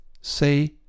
say